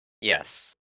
Yes